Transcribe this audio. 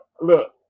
Look